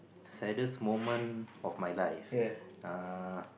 saddest moment of my life uh